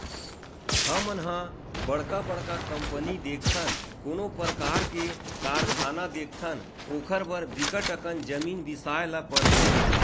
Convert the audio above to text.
हमन ह बड़का बड़का कंपनी देखथन, कोनो परकार के कारखाना देखथन ओखर बर बिकट अकन जमीन बिसाए ल परथे